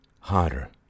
harder